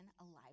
alive